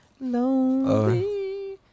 Lonely